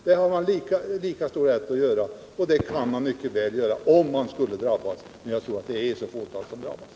Det har man lika stor rätt att göra, och det kan man mycket väl göra, men jag tror alt det bara är ett fåtal som drabbas.